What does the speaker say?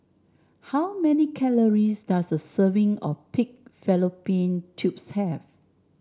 how many calories does a serving of Pig Fallopian Tubes have